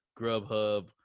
grubhub